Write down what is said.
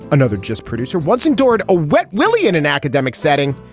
another just producer once endured a wet willy in an academic setting.